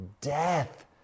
death